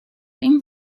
این